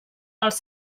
els